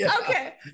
okay